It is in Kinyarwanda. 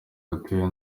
yatewe